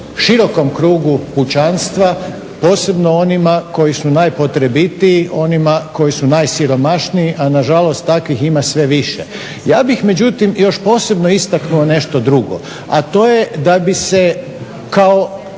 širokom krugu kućanstva, posebno onima koji su najpotrebitiji, onima koji su najsiromašniji a nažalost takvih ima sve više. Ja bih međutim, još posebno istaknuo nešto drugo. A to je da bi se kao